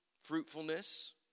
fruitfulness